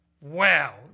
wow